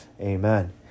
Amen